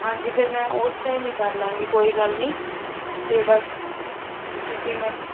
ਹਾਂਜੀ ਫਿਰ ਮੈਂ ਉਸ ਟਾਈਮ ਹੀ ਕਰ ਲਾਂਗੀ ਕੋਈ ਗੱਲ ਨਹੀਂ ਅਤੇ ਬਸ ਤੁਸੀਂ ਮੈਂ